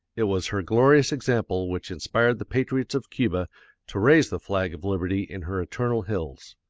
it was her glorious example which inspired the patriots of cuba to raise the flag of liberty in her eternal hills.